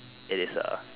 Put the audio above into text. it is a